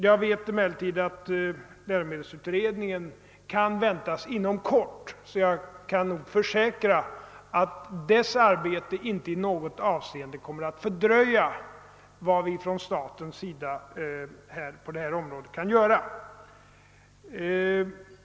Jag vet emellertid att läromedelsutredningens betänkande kan väntas inom kort, och jag kan alltså försäkra att dess arbete inte i något avseende kommer att fördröja åtgärder från statens sida på detta område.